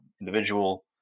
individual